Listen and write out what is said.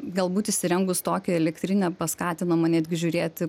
galbūt įsirengus tokią elektrinę paskatinama netgi žiūrėti